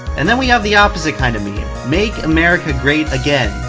and then we have the opposite kind of meme make america great again,